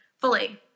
Fully